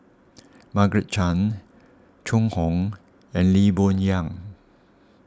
Margaret Chan Zhu Hong and Lee Boon Yang